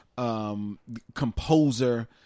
Composer